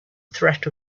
threat